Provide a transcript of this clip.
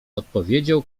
odpowiedział